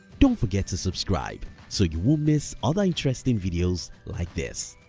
don't forget to subscribe so you won't miss other interesting videos like this.